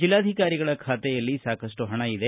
ಜಿಲ್ಲಾಧಿಕಾರಿಗಳ ಖಾತೆಯಲ್ಲಿ ಸಾಕಷ್ಟು ಪಣ ಇದೆ